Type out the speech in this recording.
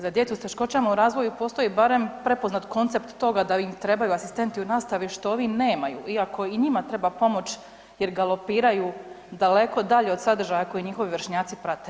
Za djecu s teškoćama u razvoju postoji barem prepoznat koncept toga da im trebaju asistenti u nastavi, što ovi nemaju, iako i njima treba pomoć jer galopiraju daleko dalje od sadržaja koji njihovi vršnjaci prate.